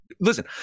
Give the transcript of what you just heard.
Listen